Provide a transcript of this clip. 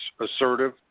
assertive